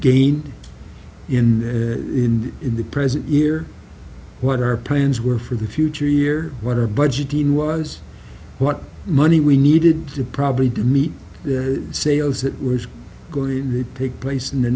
gained in the end in the present year what our plans were for the future year what our budgeting was what money we needed to probably do meet the sales that was going to take place in the